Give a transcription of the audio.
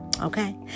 okay